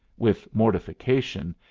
with mortification,